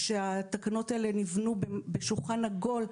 כשהתקנות האלה נבנו בשולחן עגול,